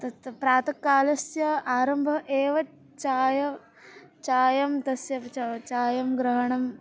तत् प्रातःकालस्य आरम्भः एव चायं चायं तस्य च चायं ग्रहणम्